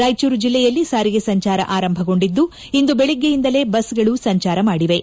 ರಾಯಚೂರು ಜಿಲ್ಲೆಯಲ್ಲಿ ಸಾರಿಗೆ ಸಂಚಾರ ಆರಂಭಗೊಂಡಿದ್ದು ಇಂದು ಬೆಳಿಗ್ಗೆಯಿಂದಲೇ ಬಸ್ಗಳು ಸಂಚಾರ ಮಾದಿವೆ